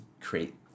create